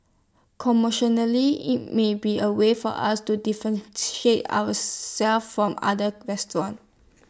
IT might be A way for us to differentiate ourselves from other restaurants